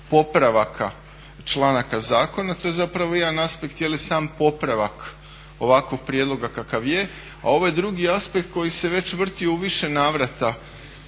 popravaka članaka zakona. To je zapravo jedan aspekt je li sam popravak ovakvog prijedloga kakav je, a ovaj drugi aspekt koji se već vrti u više navrata